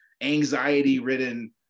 anxiety-ridden